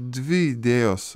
dvi idėjos